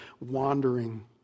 wandering